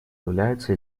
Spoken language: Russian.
являются